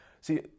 See